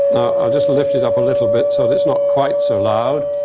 i'll just lift it up a little bit so that it's not quite so loud.